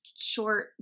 short